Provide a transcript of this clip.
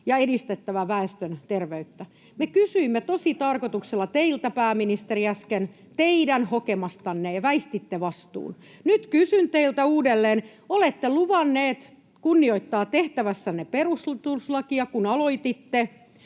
ja edistettävä väestön terveyttä. Me kysyimme tositarkoituksella teiltä, pääministeri, äsken teidän hokemastanne, ja väistitte vastuun. Nyt kysyn teiltä uudelleen. Olette luvannut kunnioittaa tehtävässänne perustuslakia, kun aloititte,